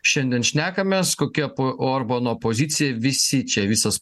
šiandien šnekamės kokia po orbano pozicija visi čia visas